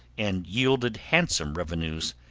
and yielded handsome revenues,